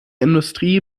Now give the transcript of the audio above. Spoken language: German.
industrie